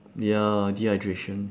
ya dehydration